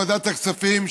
ועדת הכספים,